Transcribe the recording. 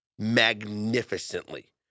magnificently